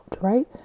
right